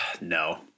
No